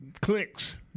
clicks